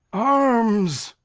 arms,